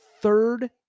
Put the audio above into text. third